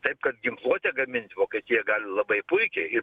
taip kad ginkluotę gamint vokietijoj gali labai puikiai